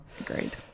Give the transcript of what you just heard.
agreed